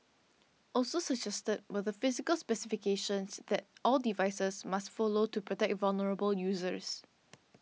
also suggested were the physical specifications that all devices must follow to protect vulnerable users